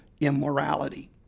immorality